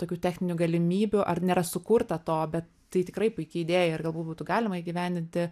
tokių techninių galimybių ar nėra sukurta to bet tai tikrai puiki idėja ir galbūt būtų galima įgyvendinti